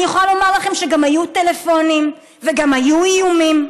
אני יכולה לומר לכם שגם היו טלפונים וגם היו איומים.